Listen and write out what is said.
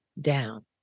down